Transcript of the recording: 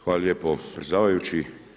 Hvala lijepo predsjedavajući.